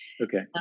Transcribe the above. Okay